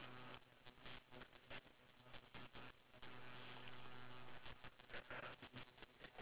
then maybe they should be more educated cause education is key to everything